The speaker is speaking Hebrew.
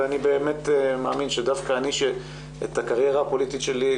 אני באמת מאמין שדווקא אני שאת הקריירה הפוליטית שלי,